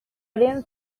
didn’t